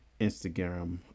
Instagram